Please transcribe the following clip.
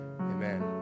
amen